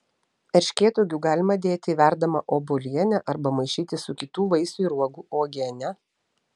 erškėtuogių galima dėti į verdamą obuolienę arba maišyti su kitų vaisių ir uogų uogiene